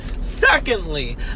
Secondly